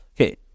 Okay